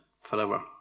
forever